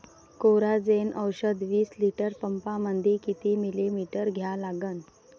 Coragen औषध विस litre पंपामंदी किती मिलीमिटर घ्या लागन?